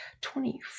twenty